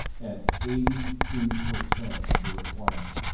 at eighty two percent of the requirement.